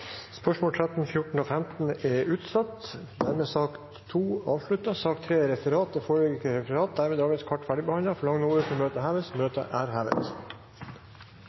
er utsatt til neste spørretime. Dette spørsmålet er utsatt til neste spørretime. Det foreligger ikke noe referat. Dermed er dagens kart ferdigbehandlet. Forlanger noen ordet før møtet heves? – Møtet er hevet.